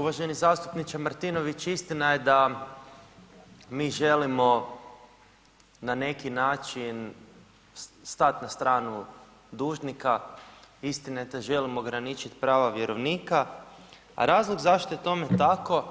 Uvaženi zastupniče Martinović, istina je da mi želimo na neki način stati na stranu dužnika, istina je da želimo ograničiti prava vjerovnika, a razlog zašto je tome tako